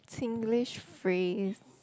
Singlish phrase